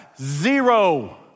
Zero